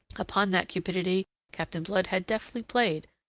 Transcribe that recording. upon that cupidity captain blood had deftly played,